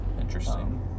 Interesting